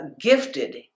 gifted